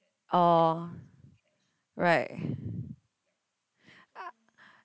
oh right